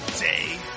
day